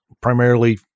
primarily